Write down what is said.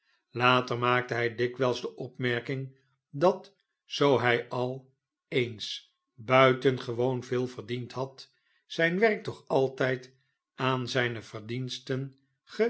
later maakteihij dikwijls de opmerking dat zoo hij'al'eensbuitengewoon veel verdiendhad zijn werk toch altijd aan zijne verdiensten